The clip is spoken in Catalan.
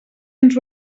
ens